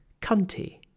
cunty